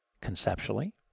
conceptually